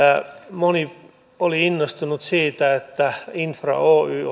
moni oli hallitusneuvottelujen aikana innoissaan siitä että keskusteluissa oli infra oy